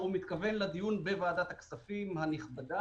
בג"ץ התכוון לוועדת הכספים הנכבדה.